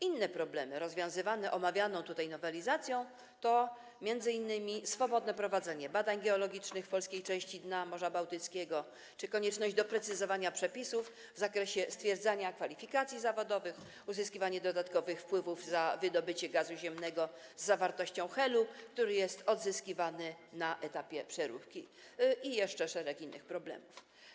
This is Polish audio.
Inne problemy rozwiązywane omawianą tutaj nowelizacją to m.in. swobodne prowadzenie badań geologicznych w polskiej części dna Morza Bałtyckiego, konieczność doprecyzowania przepisów w zakresie stwierdzania kwalifikacji zawodowych, uzyskiwanie dodatkowych wpływów za wydobycie gazu ziemnego z zawartością helu, który jest odzyskiwany na etapie przeróbki, i szereg innych problemów.